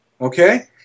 Okay